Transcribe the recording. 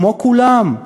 כמו כולם,